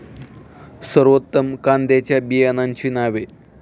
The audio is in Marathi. सर्वोत्तम कांद्यांच्या बियाण्यांची नावे?